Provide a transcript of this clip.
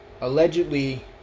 allegedly